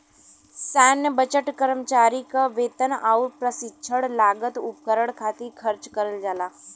सैन्य बजट कर्मचारी क वेतन आउर प्रशिक्षण लागत उपकरण खातिर खर्च करल जाला